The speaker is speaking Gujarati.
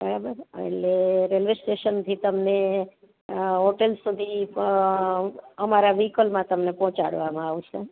બરાબર એટલે રેલવે સ્ટેશનથી તમને હોટેલ સુધી પણ અમારા વિહીકલમાં તમને પહોંચાડવામાં આવશે